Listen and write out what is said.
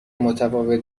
متفاوت